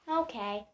okay